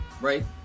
right